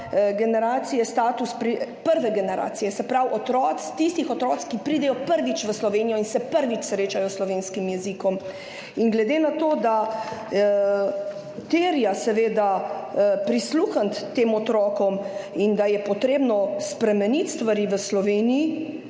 prizadete ravno prve generacije, se pravi otroci tistih, ki pridejo prvič v Slovenijo in se prvič srečajo s slovenskim jezikom. In glede na to, da terja seveda prisluhniti tem otrokom in da je potrebno spremeniti stvari v Sloveniji,